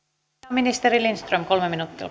ministeri lindström kolme minuuttia